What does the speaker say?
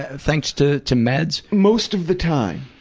ah thanks to, to meds? most of the time.